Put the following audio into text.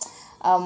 um